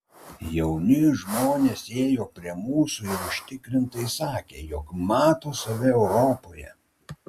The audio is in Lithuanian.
jauni žmonės ėjo prie mūsų ir užtikrintai sakė jog mato save europoje